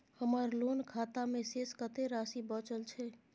हमर लोन खाता मे शेस कत्ते राशि बचल छै?